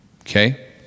Okay